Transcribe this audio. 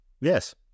Yes